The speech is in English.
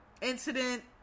incident